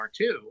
R2